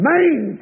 Main